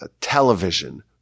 Television